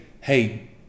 hey